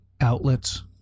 outlets